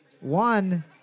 one